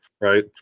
Right